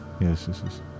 Yes